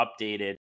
updated